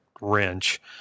wrench